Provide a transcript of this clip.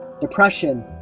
depression